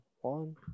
One